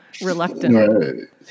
reluctant